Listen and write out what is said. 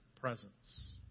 presence